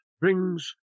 brings